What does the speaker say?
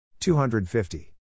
250